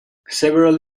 several